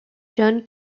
john